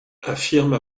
affirme